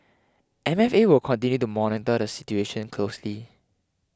M F A will continue to monitor the situation closely